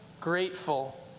grateful